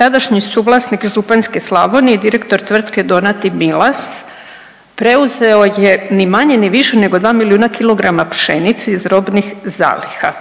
tadašnji suvlasnik županjske Slavonije direktor tvrtke Donat i Milas preuzeo je ni manje ni više nego 2 milijuna kilograma pšenice iz robnih zaliha